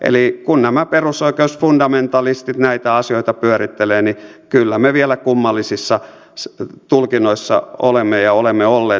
eli kun nämä perusoikeusfundamentalistit näitä asioita pyörittelevät niin kyllä me vielä kummallisissa tulkinnoissa olemme ja olemme olleet